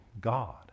God